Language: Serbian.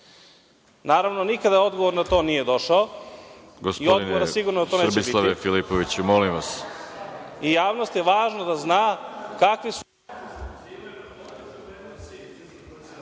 Naravno, nikada odgovor na to nije došao i odgovora sigurno na to neće biti i javnosti je važno da zna kakve su